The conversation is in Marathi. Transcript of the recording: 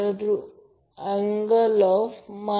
तर Vp√ 3 अँगल 30° असेल